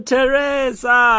Teresa